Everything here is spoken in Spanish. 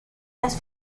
las